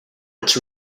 its